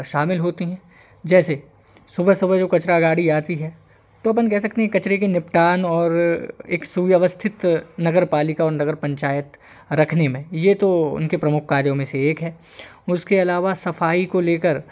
शामिल होती हैं जैसे सुबह सुबह जो कचरा गाड़ी आती है तो अपन कह सकते हैं कचरे के निपटान और एक सुव्यवस्थित नगर पालिका और नगर पंचायत रखने में ये तो उनके प्रमुख कार्यों में से एक है उसके अलावा सफाई को लेकर